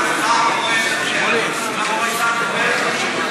אז אני רוצה לשמוע אותו.